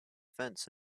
fence